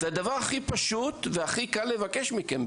זה הדבר הכי פשוט והכי קל לבקש מכם.